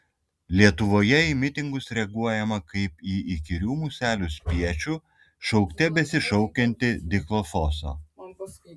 lietuvoje į mitingus reaguojama kaip į įkyrių muselių spiečių šaukte besišaukiantį dichlofoso